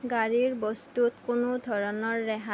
গাড়ীৰ বস্তুত কোনো ধৰণৰ ৰেহাই